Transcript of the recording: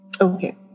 Okay